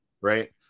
right